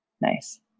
Nice